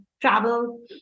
travel